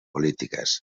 polítiques